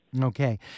Okay